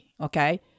okay